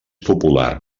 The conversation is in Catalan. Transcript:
popular